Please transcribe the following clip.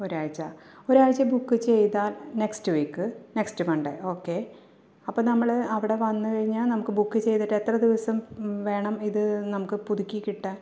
ഒരാഴ്ച്ച ഒരാഴ്ച്ച ബുക്ക് ചെയ്താല് next week next Monday okay അപ്പോള് നമ്മള് അവിടെ വന്ന് കഴിഞ്ഞാല് നമുക്ക് ബുക്ക് ചെയ്തിട്ട് എത്ര ദിവസം വേണം ഇത് നമുക്ക് പുതുക്കിക്കിട്ടാൻ